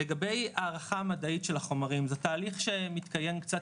לגבי הערכה המדעית של החומרים זה תהליך שמתקיים קצת